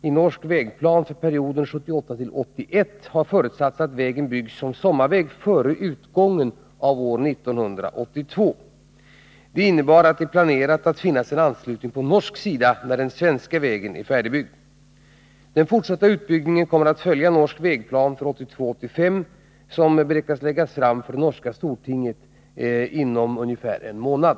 I Norsk Vegplan för perioden 1978-1981 har förutsatts att vägen byggs ut som sommarväg före utgången av år 1982. Det innebär att det är planerat att det skall finnas en anslutning på norsk sida när den svenska vägen är färdigbyggd. Den fortsatta utbyggnaden kommer att följa Norsk Vegplan för 1982-1985, vilken beräknas läggas fram för det norska stortinget inom ca en månad.